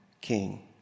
king